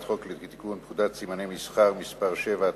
חוק לתיקון פקודת סימני מסחר (מס' 7),